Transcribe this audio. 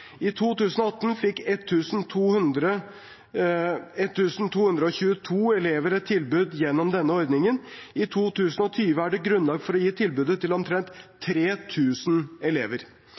I 2018 fikk 1 222 elever et tilbud gjennom denne ordningen. I 2020 er det grunnlag for å gi tilbudet til omtrent 3 000 elever.